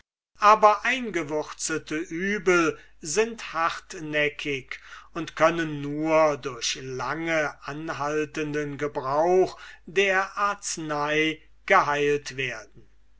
aber eingewurzelte übel sind hartnäckig und können nur durch anhaltenden gebrauch der armei geheilt werden